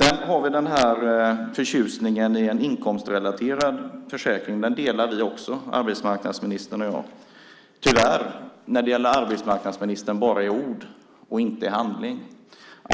Vidare har vi förtjusningen över en inkomstrelaterad försäkring. Arbetsmarknadsministern och jag delar den förtjusningen - tyvärr när det gäller arbetsmarknadsministern bara i ord, inte i handling.